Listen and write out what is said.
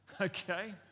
Okay